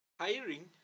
Hiring